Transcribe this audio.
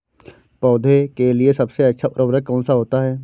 पौधे के लिए सबसे अच्छा उर्वरक कौन सा होता है?